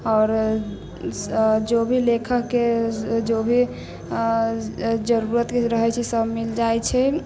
आओर जो भी लेखककेँ जो भी जरूरतके रहैत छै सभ मिल जाइत छै